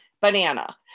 banana